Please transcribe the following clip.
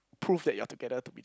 prove that you're together to be